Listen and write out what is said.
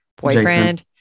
boyfriend